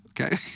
Okay